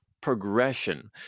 progression